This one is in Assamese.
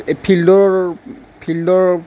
এই ফিল্ডৰ ফিল্ডৰ